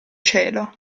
cielo